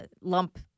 lump